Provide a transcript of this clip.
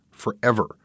Forever